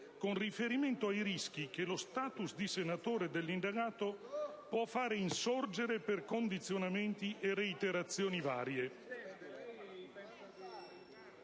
con riferimento ai rischi che lo *status* di senatore dell'indagato può far insorgere per condizionamenti e reiterazioni vari...